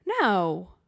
No